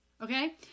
Okay